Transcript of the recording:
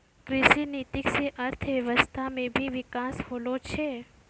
कृषि नीति से अर्थव्यबस्था मे भी बिकास होलो छै